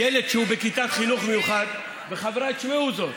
ילד שהוא בכיתת חינוך מיוחד, חבריי, תשמעו זאת.